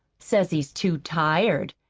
says he's too tired.